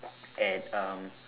at uh